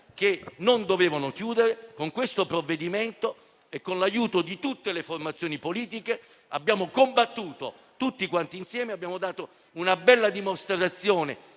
che non dovevano chiudere, con questo provvedimento e con l'aiuto di tutte le formazioni politiche abbiamo combattuto tutti quanti insieme e abbiamo dato una bella dimostrazione